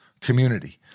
community